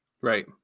Right